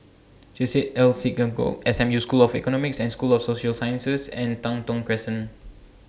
Chesed El Synagogue S M U School of Economics and School of Social Sciences and Tai Thong Crescent